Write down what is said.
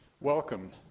welcome